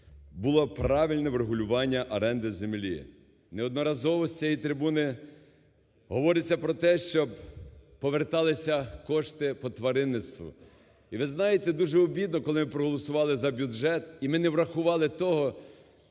було б правильне врегулювання оренди землі. Неодноразово з цієї трибуни говориться про те, щоб поверталися кошти по тваринництву. І ви знаєте, дуже обідно, коли ми проголосували за бюджет, і ми не врахували того,